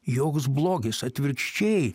joks blogis atvirkščiai